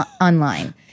online